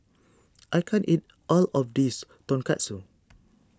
I can't eat all of this Tonkatsu